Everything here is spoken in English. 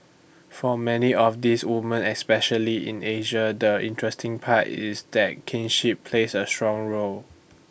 for many of these woman especially in Asia the interesting part is that kinship plays A strong role